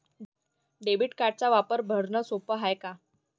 Debit कार्डचा वापर भरनं सोप हाय का?